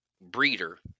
breeder